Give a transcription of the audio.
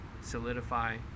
solidify